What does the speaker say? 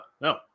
no